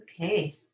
Okay